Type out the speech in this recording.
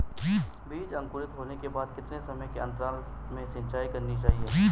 बीज अंकुरित होने के बाद कितने समय के अंतराल में सिंचाई करनी चाहिए?